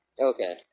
Okay